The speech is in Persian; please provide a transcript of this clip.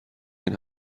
این